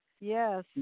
yes